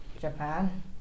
Japan